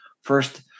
first